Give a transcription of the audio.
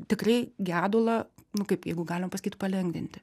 tikrai gedulą nu kaip jeigu galim pasakyt palengvinti